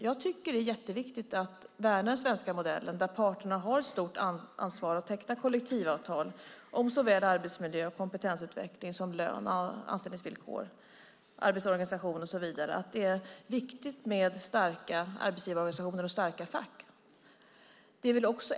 Jag tycker att det är jätteviktigt att värna den svenska modellen, där parterna har ett stort ansvar för att teckna kollektivavtal om såväl arbetsmiljö och kompetensutveckling som lön och anställningsvillkor, arbetsorganisation och så vidare, att det är viktigt med starka arbetsgivarorganisationer och starka fack.